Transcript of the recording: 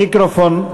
מיקרופון,